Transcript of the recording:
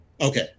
Okay